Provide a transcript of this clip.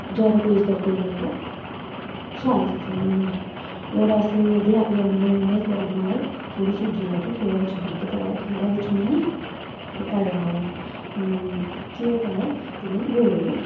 जैदा तेज तड़के कन्नै गै शैल चीजां बनदियां होर असें गुलाब जामनु में इक बारी बनाए थोह्ड़ी सूजी लैती थोह्ड़ा बिच्च दुद्ध पाया थोह्ड़ा बिच्च में ओह् पाया घ्यो पाया ते में गोल गोल